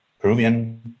Peruvian